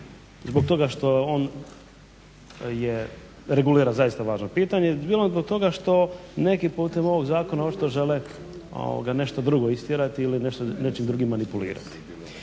zbog toga što on regulira zaista važno pitanje, dijelom zbog toga što neki putem ovog zakona očito žele nešto drugo istjerati ili nečim drugim manipulirati.